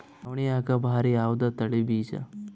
ನವಣಿಯಾಗ ಭಾರಿ ಯಾವದ ತಳಿ ಬೀಜ?